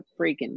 freaking